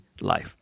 life